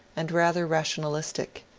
and rather rationalistic.